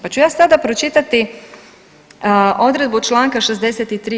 Pa ću ja sada pročitati odredbu članku 63.